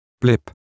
blip